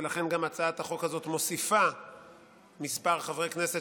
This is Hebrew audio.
ולכן גם הצעת החוק הזאת מוסיפה כמה חברי כנסת